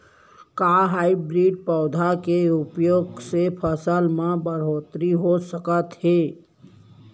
का हाइब्रिड पौधा के उपयोग से फसल म बढ़होत्तरी हो सकत हे?